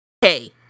hey